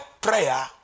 prayer